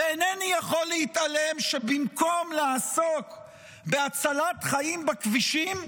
אינני יכול להתעלם שבמקום לעשות בהצלת חיים בכבישים,